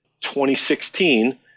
2016